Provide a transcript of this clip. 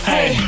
Hey